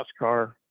NASCAR